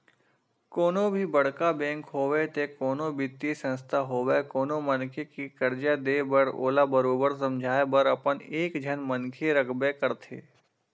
कोनो भी बड़का बेंक होवय ते कोनो बित्तीय संस्था होवय कोनो मनखे के करजा देय बर ओला बरोबर समझाए बर अपन एक झन मनखे रखबे करथे